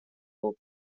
bob